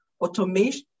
Automation